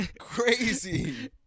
Crazy